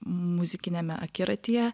muzikiniame akiratyje